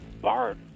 Bart